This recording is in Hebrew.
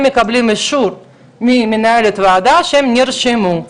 מקבלים אישור ממנהלת הוועדה שהם נרשמו,